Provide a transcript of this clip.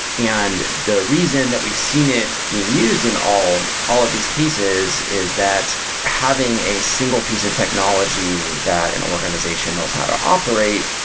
and the reason that we've seen it being used in all all of these cases is that having a single piece of technology that an organization knows how to operate,